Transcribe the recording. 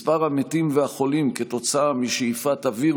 מספר המתים והחולים כתוצאה משאיפת אוויר